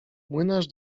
młynarz